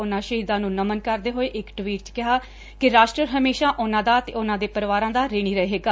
ਉਨ੍ਹਂ ਸ਼ਹੀਦਾਂ ਨੂੰ ਨਮਨ ਕਰਦੇ ਹੋਏ ਇਕ ਟਵੀਟ 'ਚ ਕਿਹਾ ਕਿ ਰਾਸ਼ਟਰ ਹਮੇਸ਼ਾ ਉਨ੍ਹਾਂ ਦਾ ਤੇ ਉਨ੍ਹਾਂ ਦੇ ਪਰਿਵਾਰਾਂ ਦਾ ਰਿਣੀ ਰਹੇਗਾ